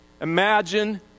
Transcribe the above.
Imagine